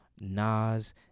Nas